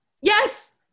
Yes